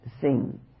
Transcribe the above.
sing